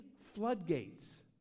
floodgates